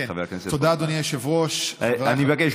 הזכרת את הוריך, אני אזכיר